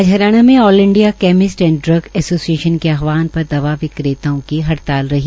आज हरियाणा में all India chemist and drugs association के आह्वान पर दवा विक्रेताओं की हड़ताल रही